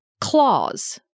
claws